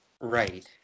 Right